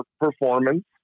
performance